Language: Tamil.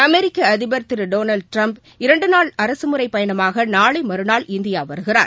அமெரிக்க அதிபர் திரு டொளாஸ்ட் டிரம்ப் இரண்டு நாள் அரசுமுறைப்பயணமாக நாளை மறுநாள் இந்தியா வருகிறார்